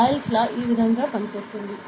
boil law ఈ విధంగా పనిచేస్తుంది